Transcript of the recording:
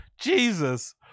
Jesus